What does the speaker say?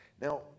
Now